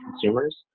consumers